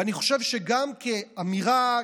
ואני חושב שגם כאמירה,